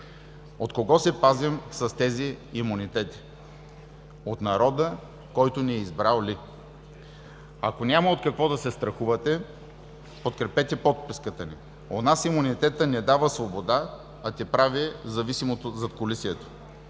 От кого се пазим с тези имунитети – от народа, който ни е избрал ли?! Ако няма от какво да се страхувате, подкрепете подписката ни. У нас имунитетът не дава свобода, а те прави зависим от задакулисието.